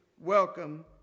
welcome